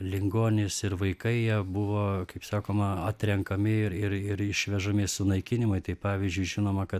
ligonys ir vaikai jie buvo kaip sakoma atrenkami ir ir ir išvežami sunaikinimui tai pavyzdžiui žinoma kad